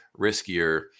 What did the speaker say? riskier